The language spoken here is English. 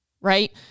right